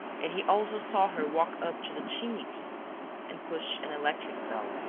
and he also saw her walk up to the chimney-piece and push an electric bell.